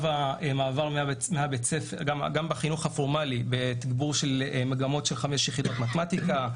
גם בתגבור מגמות של 5 יחידות מתמטיקה,